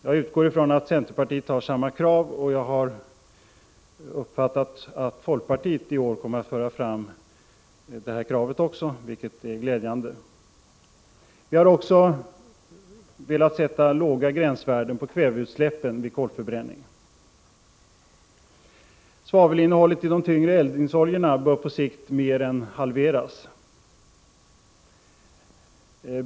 Jag utgår ifrån att centerpartiet har samma krav och jag har uppfattat att folkpartiet i år kommer att föra fram det kravet, vilket är glädjande. Vi vill också sätta låga gränsvärden på kväveutsläppen vid kolförbränning. Svavelinnehållet i de tyngre eldningsoljorna bör på sikt mer än halveras.